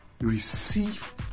receive